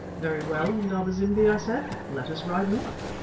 very well, indaba-zimbi, i said, let us ride north.